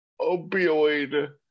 opioid